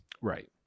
Right